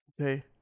Okay